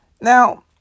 Now